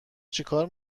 چیکار